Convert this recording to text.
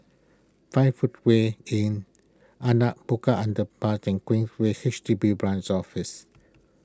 five Footway Inn Anak Bukit Underpass and Queensway H D B Branch Office